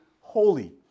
holy